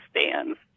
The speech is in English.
stands